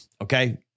Okay